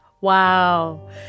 Wow